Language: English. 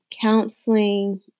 Counseling